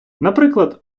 наприклад